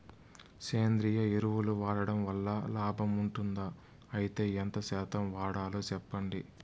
సేంద్రియ ఎరువులు వాడడం వల్ల లాభం ఉంటుందా? అయితే ఎంత శాతం వాడాలో చెప్పండి?